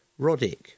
Roddick